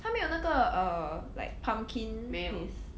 他没有那个 uh like pumpkin paste